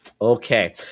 Okay